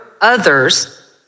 others